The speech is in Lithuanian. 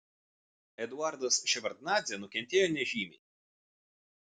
eduardas ševardnadzė nukentėjo nežymiai